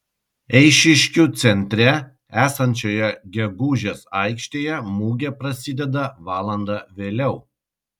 eišiškių centre esančioje gegužės aikštėje mugė prasideda valanda vėliau